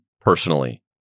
personally